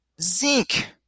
zinc